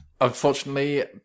Unfortunately